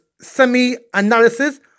semi-analysis